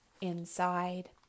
inside